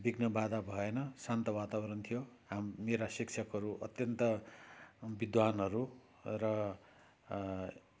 विध्न बाधा भएन शान्त वातावरण थियो मेरा शिक्षकहरू अत्यन्त विद्वान्हरू र